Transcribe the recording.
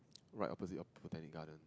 right opposite of Botanic-Garden